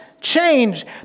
change